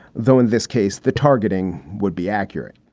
though in this case, the targeting would be accurate